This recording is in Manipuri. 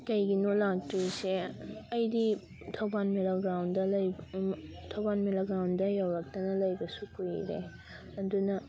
ꯀꯩꯒꯤꯅꯣ ꯂꯥꯛꯇ꯭ꯔꯤꯁꯦ ꯑꯩꯗꯤ ꯊꯧꯕꯥꯜ ꯃꯦꯂꯥ ꯒ꯭ꯔꯥꯎꯟꯗ ꯂꯩꯕ ꯊꯧꯕꯥꯜ ꯃꯦꯂꯥ ꯒ꯭ꯔꯥꯎꯟꯗ ꯌꯧꯔꯛꯇꯅ ꯂꯩꯕꯁꯨ ꯀꯧꯏꯔꯦ ꯑꯗꯨꯅ